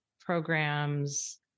programs